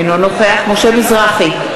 אינו נוכח משה מזרחי,